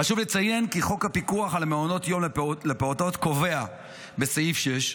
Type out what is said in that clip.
חשוב לציין כי חוק הפיקוח על מעונות יום לפעוטות קובע בסעיף 6,